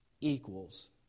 equals